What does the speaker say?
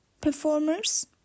performers